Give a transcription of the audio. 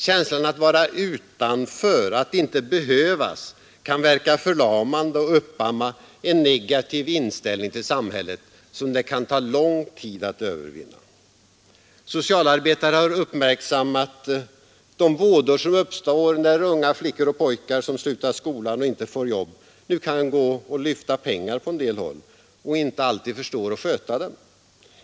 Känslan att vara utanför, att inte behövas, kan verka förlamande och uppamma en negativ inställning till samhället som det kan ta lång tid att övervinna. Socialarbetare har uppmärksammat de vådor som uppstår när unga flickor och pojkar som slutat skolan och inte får jobb nu kan lyfta pengar på en del håll och inte alltid förstår att sköta dem.